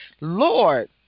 Lord